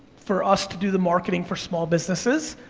for us to do the marketing for small businesses,